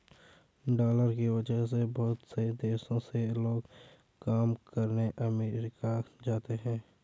dollar की वजह से बहुत से देशों से लोग काम करने अमरीका जाते हैं